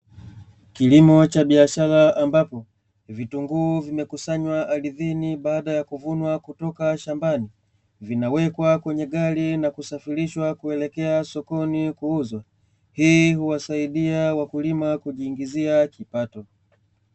Kilimo cha biashara ambapo vitunguu vimekusanywa ardhini baada ya kuvunwa kutoka shambani, vinawekwa kwenye gari na kusafirishwa kuelekea sokoni kuuzwa. Hii huwasaidia wakulima kujiingizia kipato.